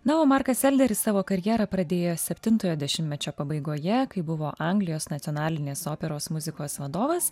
na o markas elderis savo karjerą pradėjo septintojo dešimtmečio pabaigoje kai buvo anglijos nacionalinės operos muzikos vadovas